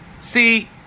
see